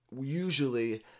Usually